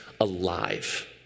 alive